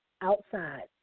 Outside